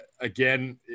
Again